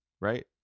right